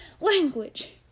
language